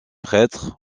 prêtres